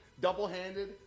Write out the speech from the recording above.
double-handed